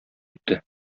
итте